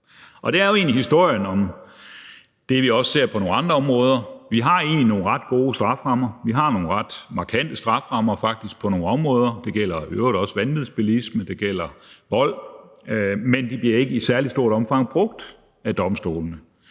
Det er jo egentlig historien, vi også ser på andre områder: Vi har egentlig nogle ret gode strafferammer, vi har faktisk nogle ret markante strafferammer på nogle områder – det gælder i øvrigt også vanvidsbilisme, og det gælder vold – men de bliver ikke i særlig stort omfang brugt af domstolene.